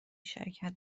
شرکت